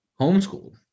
homeschooled